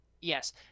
Yes